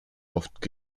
oft